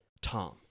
Tom